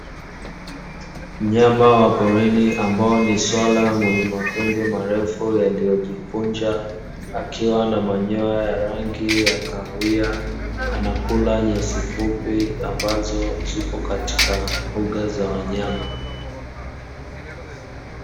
Mnyama wa porini ambaye ni swala mwenye mapembe marefu yaliyojikunja, akiwa na manyoya ya rangi ya kahawia, anakula nyasi fupi ambazo zipo katika mbuga za wanyama.